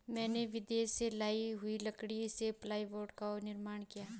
मैंने विदेश से लाई हुई लकड़ी से प्लाईवुड का निर्माण किया है